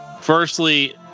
Firstly